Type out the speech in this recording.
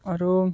swallow